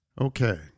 Okay